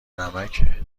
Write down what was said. نمکه